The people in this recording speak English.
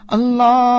Allah